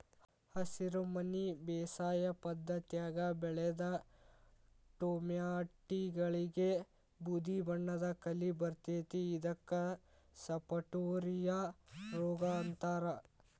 ಹಸಿರುಮನಿ ಬೇಸಾಯ ಪದ್ಧತ್ಯಾಗ ಬೆಳದ ಟೊಮ್ಯಾಟಿಗಳಿಗೆ ಬೂದಿಬಣ್ಣದ ಕಲಿ ಬರ್ತೇತಿ ಇದಕ್ಕ ಸಪಟೋರಿಯಾ ರೋಗ ಅಂತಾರ